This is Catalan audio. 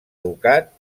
ducat